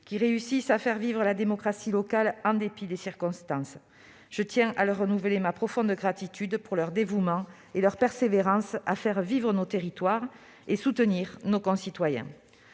qui réussissent à faire vivre la démocratie locale en dépit des circonstances. Je tiens à leur renouveler ma profonde gratitude pour leur dévouement et leur persévérance à faire vivre nos territoires et soutenir nos concitoyens.